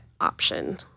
option